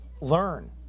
Learn